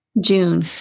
June